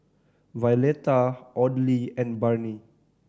Violetta Audley and Barney